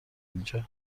اینجا